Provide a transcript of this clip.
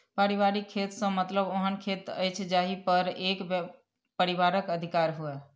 पारिवारिक खेत सॅ मतलब ओहन खेत अछि जाहि पर एक परिवारक अधिकार होय